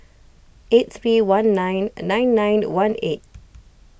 eight three one nine nine nine one eight